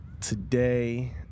Today